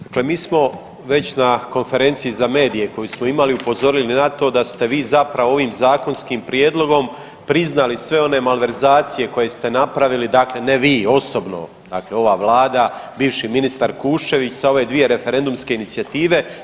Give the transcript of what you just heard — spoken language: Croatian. Dakle, mi smo već na konferenciji za medije koju smo imali upozorili na to da ste vi zapravo ovim zakonskim prijedlogom priznali sve one malverzacije koje ste napravili dakle ne vi osobno, dakle ova Vlada, bivši ministar Kuščević sa ove dvije referendumske inicijative.